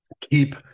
keep